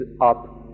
up